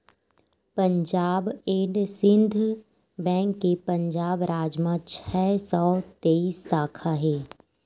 Punjab and Sind bank के पंजाब राज म छै सौ तेइस साखा हे